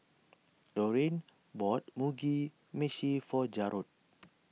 Laurine bought Mugi Meshi for Jarod